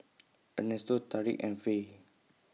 Ernesto Tarik and Faye